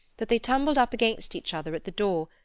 that they tumbled up against each other at the door,